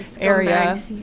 area